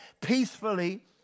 peacefully